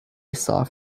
soft